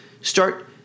Start